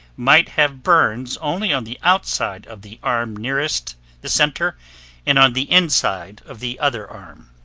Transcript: might have burns only on the outside of the arm nearest the center and on the inside of the other arm.